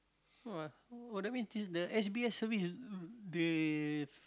!wah! !wah! that mean this the s_b_s service is they